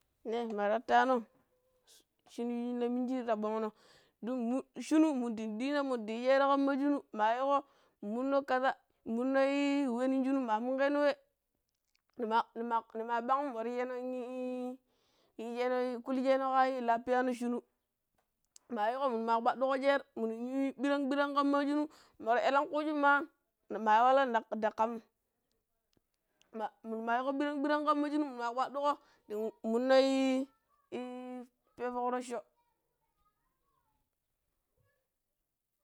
Ne ma tattano shunu shan na minji ta ɓonno dun munu shunu mundin dina mudu yu sheri kamma, shunnu mayiko munno kaza muno ii weh non shunu ma munkehno weh nima nima nima ɓan warjenon ii yijeno kulje no ka lafiyana shunu, mayiko minuma kwaduko sher minuyu ɓiranɓiran kamma shunu, mur ilenku jun ma ma walla da kamm ma munuma yiko ɓiran ɓiran kamma shunu minuma kwaddako dun munnoi "ii" i peh fock roco.